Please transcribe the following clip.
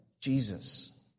Jesus